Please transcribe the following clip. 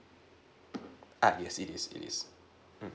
err yes it is it is mm